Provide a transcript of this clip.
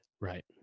Right